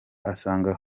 asanga